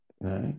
right